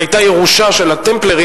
שהיתה ירושה של הטמפלרים,